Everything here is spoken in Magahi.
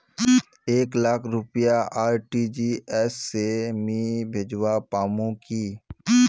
एक लाख रुपया आर.टी.जी.एस से मी भेजवा पामु की